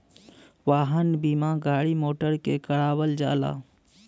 वाहन बीमा गाड़ी मोटर के करावल जाला